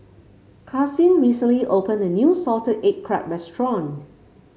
Karsyn recently opened a new Salted Egg Crab restaurant